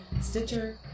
Stitcher